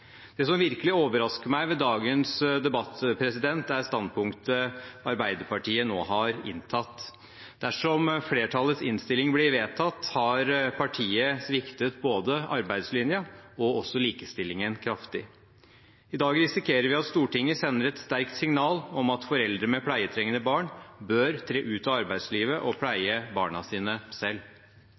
Det som virkelig overrasker meg i dagens debatt, er standpunktet Arbeiderpartiet nå har inntatt. Dersom flertallets innstilling blir vedtatt, har partiet sviktet både arbeidslinja og likestillingen kraftig. I dag risikerer vi at Stortinget sender et sterkt signal om at foreldre med pleietrengende barn bør tre ut av arbeidslivet og pleie barna sine selv.